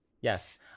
Yes